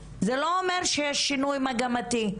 זה לא אומר שיש שינוי מגמתי.